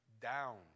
down